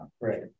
Right